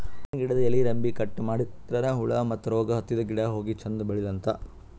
ಹಣ್ಣಿನ್ ಗಿಡದ್ ಎಲಿ ರೆಂಬೆ ಕಟ್ ಮಾಡದ್ರಿನ್ದ ಹುಳ ಮತ್ತ್ ರೋಗ್ ಹತ್ತಿದ್ ಗಿಡ ಹೋಗಿ ಚಂದ್ ಬೆಳಿಲಂತ್